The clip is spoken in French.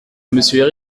monsieur